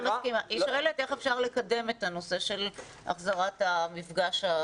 היא שואלת איך אפשר לקדם את הנושא של החזרת המפגש בחוץ.